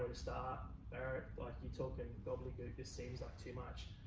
where to start. barrett, like you're talking gobbledygook. this seems like too much.